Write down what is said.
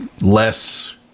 less